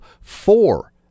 four